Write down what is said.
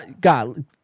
God